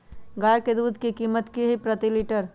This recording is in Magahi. गाय के दूध के कीमत की हई प्रति लिटर?